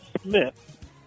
Smith